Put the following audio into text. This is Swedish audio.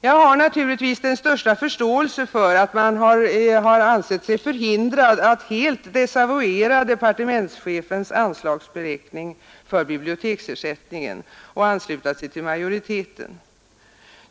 Jag har naturligtvis den största förståelse för att de socialdemokratiska utskottsledamöterna ansett sig förhindrade att helt desavouera departementschefens anslagsberäkning för biblioteksersättningen och ansluta sig till majoriteten.